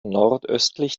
nordöstlich